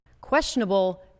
questionable